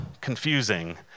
confusing